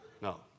No